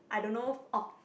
I don't know orh